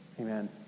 Amen